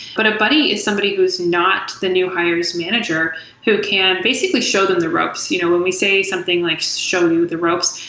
but a buddy is somebody who's not the new hire's manager who can basically show them the ropes. you know when we say something like show the ropes,